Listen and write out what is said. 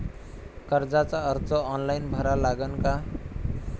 कर्जाचा अर्ज ऑनलाईन भरा लागन का?